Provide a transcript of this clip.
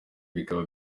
bikaba